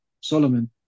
Solomon